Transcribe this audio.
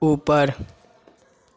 ऊपर